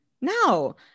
No